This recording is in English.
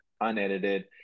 unedited